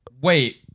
Wait